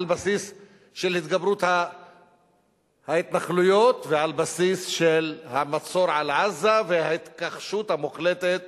על בסיס התגברות ההתנחלויות ועל בסיס המצור על עזה וההתכחשות המוחלטת